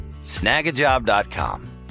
Snagajob.com